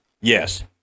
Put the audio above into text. Yes